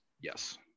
Yes